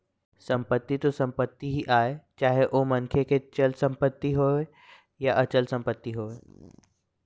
संपत्ति तो संपत्ति ही आय चाहे ओ मनखे के चल संपत्ति होवय या अचल संपत्ति होवय